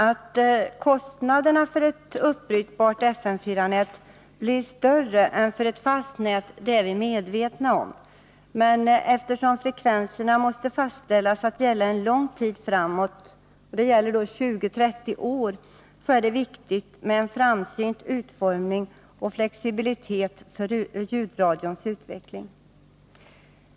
Att kostnaderna för ett uppbrytbart FM 4-nät blir större än för ett fast nät är vi medvetna om, men eftersom frekvenserna måste fastställas att gälla en lång tid framåt — 20 å 30 år — är det viktigt med en framsynt utformning och flexibilitet för ljudradions utveckling.